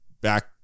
back